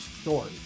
story